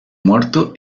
muerto